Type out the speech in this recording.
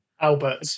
Albert